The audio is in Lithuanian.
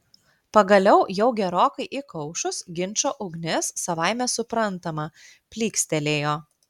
pagaliau jau gerokai įkaušus ginčo ugnis savaime suprantama plykstelėjo